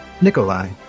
Nikolai